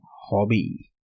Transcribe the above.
hobby